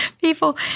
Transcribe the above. people